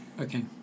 Okay